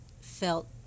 felt